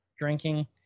drinking